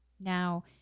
Now